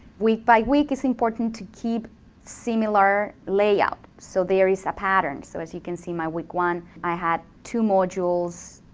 week by week it's important to keep similar layout, so there is a pattern. so as you can see my week one, i had two modules.